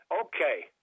Okay